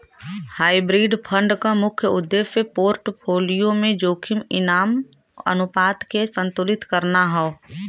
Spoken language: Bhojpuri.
हाइब्रिड फंड क मुख्य उद्देश्य पोर्टफोलियो में जोखिम इनाम अनुपात के संतुलित करना हौ